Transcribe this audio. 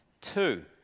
Two